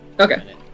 Okay